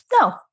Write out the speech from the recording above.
no